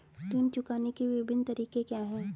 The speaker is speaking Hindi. ऋण चुकाने के विभिन्न तरीके क्या हैं?